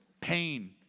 Pain